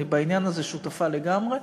אני בעניין הזה שותפה לגמרי.